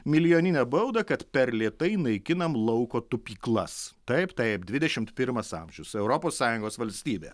milijoninę baudą kad per lėtai naikinam lauko tupyklas taip taip dvidešim pirmas amžius europos sąjungos valstybė